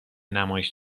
نمایش